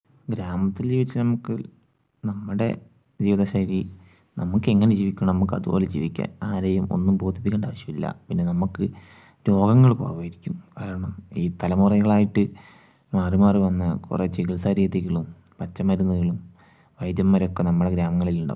ഗ്രാമത്തില് ജീവിച്ച നമുക്ക് നമ്മുടെ ജീവിത ശൈലി നമുക്ക് എങ്ങനെ ജീവിക്കണം നമുക്ക് അത് പോലെ ജീവിക്കാം ആരെയും ഒന്നും ബോധിപ്പിക്കേണ്ട ആവശ്യം ഇല്ല പിന്നെ നമുക്ക് രോഗങ്ങൾ കുറവായിരിക്കും കാരണം ഈ തലമുറകൾ ആയിട്ട് മാറി മാറി വന്ന കുറെ ചികിത്സാരീതികളും പച്ച മരുന്നുകളും വൈദ്യന്മാരൊക്കെ നമ്മുടെ ഗ്രാമങ്ങളിൽ ഉണ്ടാവും